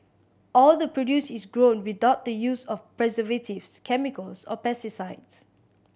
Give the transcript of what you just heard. all the produce is grown without the use of preservatives chemicals or pesticides